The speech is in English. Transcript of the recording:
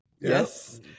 Yes